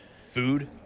food